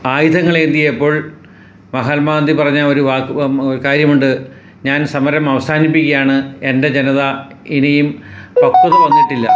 ആയുധങ്ങളേന്തിയപ്പോൾ മഹാത്മാഗാന്ധി പറഞ്ഞ ഒരു വാ കാര്യമുണ്ട് ഞാൻ സമരം അവസാനിപ്പിക്കുകയാണ് എൻ്റെ ജനത ഇനിയും പക്വത വന്നിട്ടില്ല